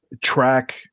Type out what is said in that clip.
track